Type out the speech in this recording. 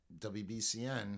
WBCN